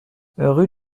rue